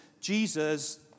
Jesus